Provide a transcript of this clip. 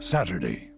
Saturday